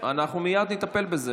אנחנו מייד נטפל בזה.